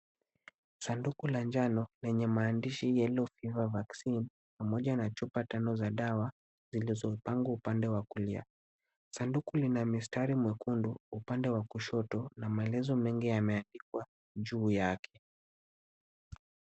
Sanduku la njano lenye maandishi yellow fever vaccine pamoja na chupa tano za dawa zilizopangwa upande wa kulia. Sanduku lina mistari miekundu upande wa kushoto na maelezo mengi yameandikwa juu yake.